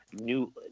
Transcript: new